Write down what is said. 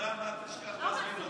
ברמדאן אל תשכח להזמין אותו.